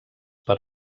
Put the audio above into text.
per